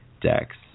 decks